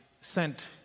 sent